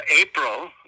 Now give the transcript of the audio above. April